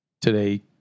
today